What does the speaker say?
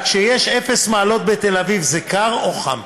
כשיש אפס מעלות בתל אביב זה קר או חם?